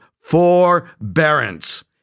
forbearance